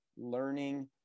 learning